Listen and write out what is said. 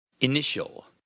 initial